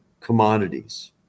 commodities